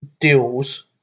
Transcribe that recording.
deals